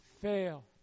fail